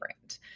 brand